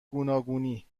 گوناگونی